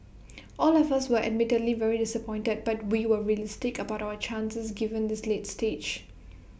all of us were admittedly very disappointed but we were realistic about our chances given this late stage